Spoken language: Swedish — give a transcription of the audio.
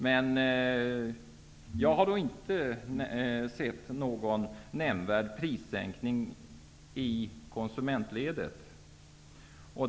Men jag har inte sett någon nämnvärd prissänkning i konsumentledet.